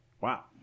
Wow